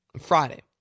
Friday